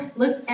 look